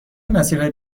مسیرهای